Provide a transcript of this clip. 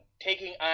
taking